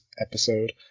episode